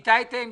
איתי טמקין,